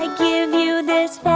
like give you this